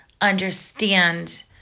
understand